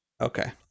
Okay